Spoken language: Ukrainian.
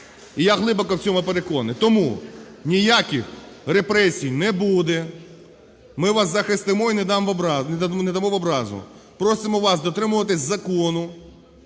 І я глибоко в цьому переконаний. Тому, ніяких репресій не буде, ми вас захистимо і не дамо в образу. Просимо вас дотримуватись закону,